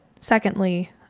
secondly